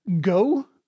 go